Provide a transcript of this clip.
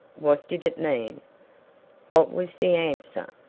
what did it mean what was the answer?